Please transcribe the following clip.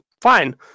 Fine